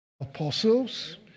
Apostles